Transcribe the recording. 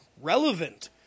relevant